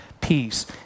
peace